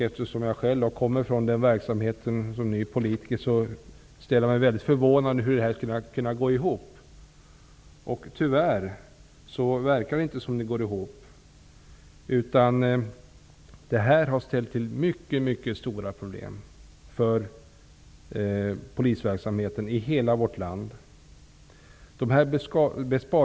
Eftersom jag, som ny politiker, kommer från den verksamheten, så ställer jag mig förvånad inför hur detta kan gå ihop. Tyvärr verkar det inte som om det går ihop. Detta har ställt till mycket stora problem för polisverksamheten i hela vårt land.